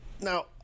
Now